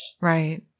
right